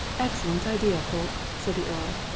excellent idea, polke, said the earl.